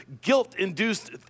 guilt-induced